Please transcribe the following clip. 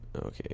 Okay